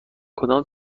کدام